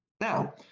Now